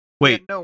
Wait